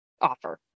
offer